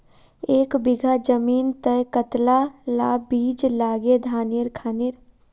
एक बीघा जमीन तय कतला ला बीज लागे धानेर खानेर?